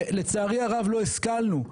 ולצערי הרב לא השכלנו.